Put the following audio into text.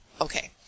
Okay